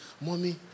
mommy